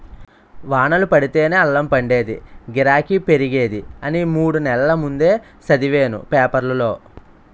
వానలు పడితేనే అల్లం పండేదీ, గిరాకీ పెరిగేది అని మూడు నెల్ల ముందే సదివేను పేపరులో